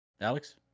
alex